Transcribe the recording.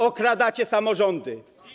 Okradacie samorządy.